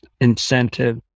incentive